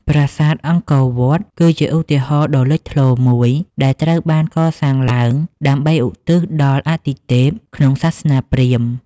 ប្រាសាទអង្គរវត្ត គឺជាឧទាហរណ៍ដ៏លេចធ្លោមួយ ដែលត្រូវបានកសាងឡើងដើម្បីឧទ្ទិសដល់អទិទេពក្នុងសាសនាព្រហ្មណ៍។